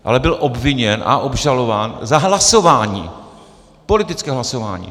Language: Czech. Ale byl obviněn a obžalován za hlasování, politické hlasování.